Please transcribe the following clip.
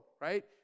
right